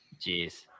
Jeez